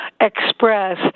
express